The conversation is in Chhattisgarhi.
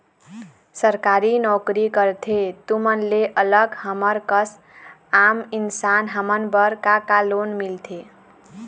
सरकारी नोकरी करथे तुमन ले अलग हमर कस आम इंसान हमन बर का का लोन मिलथे?